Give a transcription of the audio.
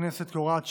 הכנסת, כהוראת שעה.